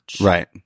right